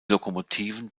lokomotiven